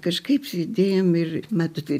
kažkaip sėdėjom ir matot